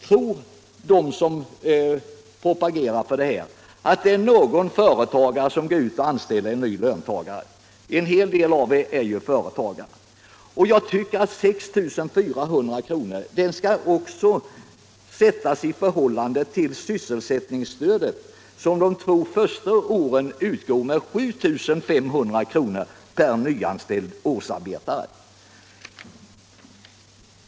Tror de som propagerar för det aktuella förslaget att den som driver detta företag går ut och anställer en ny löntagare? En hel del av er är ju företagare. Summan 6 400 kr. skall också ses i förhållande till sysselsättningsstödet som de två första åren utgår med 7 500 kr. per nyanställd årsarbetare.